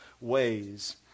ways